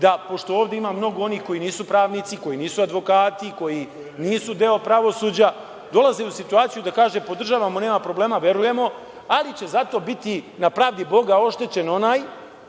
da, pošto ovde ima mnogo onih koji nisu pravnici, koji nisu advokati, koji nisu deo pravosuđa, dolaze u situaciju da kaže – podržavamo, nema problema, verujemo, ali će zato biti na pravdi Boga oštećen onaj